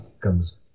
comes